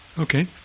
Okay